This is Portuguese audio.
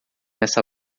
essa